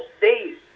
days